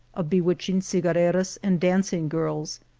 of bewitching cigar reras and dancing girls,